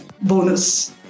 bonus